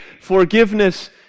Forgiveness